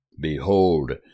Behold